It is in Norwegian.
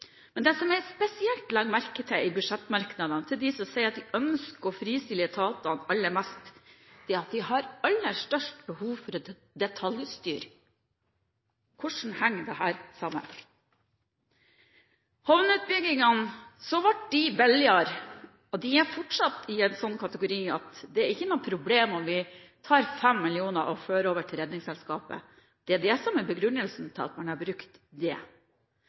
Det som jeg spesielt legger merke til i budsjettmerknadene til dem som sier at de ønsker å fristille etatene aller mest, er at de har aller størst behov for å detaljstyre. Hvordan henger dette sammen? Havneutbyggingene ble billigere, og de er fortsatt i en slik kategori at det ikke er noe problem om vi tar 5 mill. kr og fører over til Redningsselskapet. Det er det som er begrunnelsen for at man har brukt dem. Nei, her gjelder det